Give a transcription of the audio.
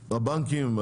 הבנקים?